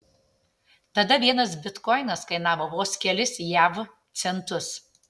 tada vienas bitkoinas kainavo vos kelis jav centus